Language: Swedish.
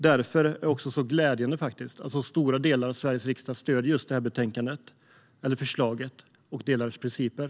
Därför är det glädjande att en stor del av Sveriges riksdag stöder förslaget och delar dess principer.